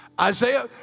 Isaiah